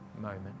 moment